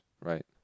right